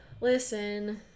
Listen